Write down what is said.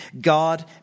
God